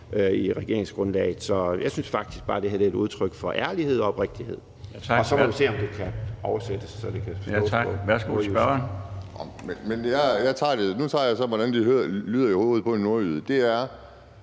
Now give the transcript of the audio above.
regeringsgrundlaget, så jeg synes faktisk bare, at det her er et udtryk for ærlighed og oprigtighed. Og så må vi se, om det kan oversættes, så det kan forstås på nordjysk.